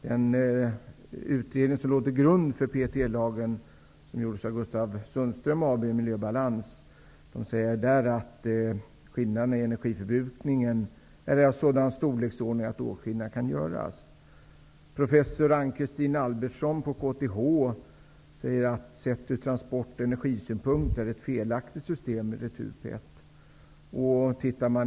Den utredning som låg till grund för PET-lagen gjordes av Gustav Sundström AB Miljöbalans. Där sägs att skillnaden i energiförbrukning inte är av sådan storleksordning att åtskillnad kan göras. Professor Ann Christine Albertsson på KTH säger att sett ur transport och energisynpunkt är retur-PET ett felaktigt system.